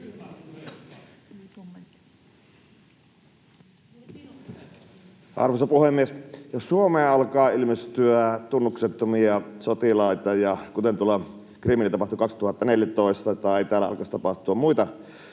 Arvoisa puhemies! Jos Suomeen alkaa ilmestyä tunnuksettomia sotilaita, kuten tuolla Krimillä tapahtui 2014, tai täällä alkaisi tapahtua muita